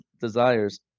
desires